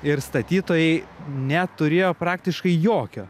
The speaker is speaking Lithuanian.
ir statytojai neturėjo praktiškai jokio